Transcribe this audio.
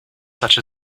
such